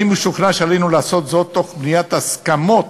אני משוכנע שעלינו לעשות זאת תוך בניית הסכמות,